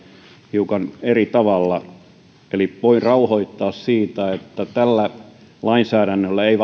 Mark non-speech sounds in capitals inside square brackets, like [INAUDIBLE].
hiukan eri tavalla eli voin rauhoittaa että tällä lainsäädännöllä ei [UNINTELLIGIBLE]